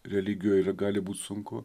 religijoj ir gali būt sunku